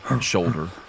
shoulder